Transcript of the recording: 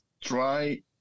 try